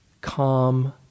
calm